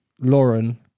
Lauren